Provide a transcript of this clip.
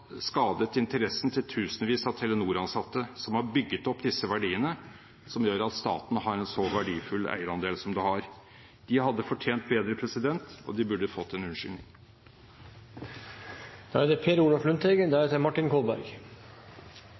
skadet interessen til tusenvis av Telenor-ansatte som har bygget opp disse verdiene som gjør at staten har en så verdifull eierandel som den har. De hadde fortjent bedre, og de burde fått en unnskyldning.